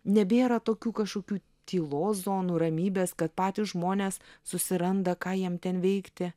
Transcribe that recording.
nebėra tokių kažkokių tylos zonų ramybės kad patys žmonės susiranda ką jiem ten veikti